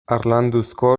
harlanduzko